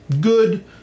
good